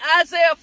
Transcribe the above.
Isaiah